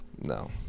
No